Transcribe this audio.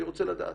אני רוצה לדעת,